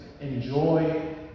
enjoy